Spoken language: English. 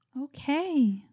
Okay